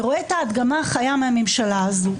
ורואה את ההדגמה החיה מהממשלה הזאת.